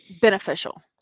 beneficial